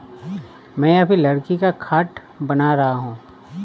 मैं अभी लकड़ी का खाट बना रहा हूं